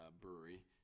brewery